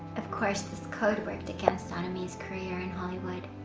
of course, this code worked against ah anna may's career in hollywood.